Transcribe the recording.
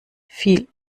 viel